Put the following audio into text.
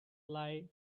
fly